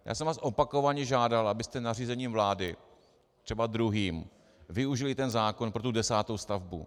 Já jsem vás opakovaně žádal, abyste nařízením vlády, třeba druhým, využili zákon pro tu desátou stavbu.